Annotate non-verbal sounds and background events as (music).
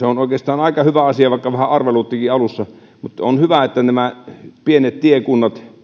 (unintelligible) on oikeastaan aika hyvä asia vaikka minua vähän arveluttikin alussa on hyvä että nämä pienet tiekunnat